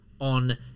on